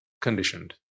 conditioned